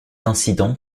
incident